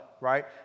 right